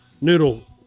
Noodle